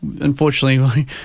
unfortunately